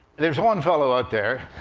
there's one fellow out there,